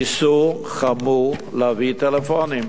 איסור חמור להביא טלפונים.